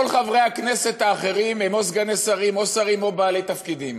כל חברי הכנסת האחרים הם או סגני שרים או שרים או בעלי תפקידים.